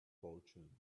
fortune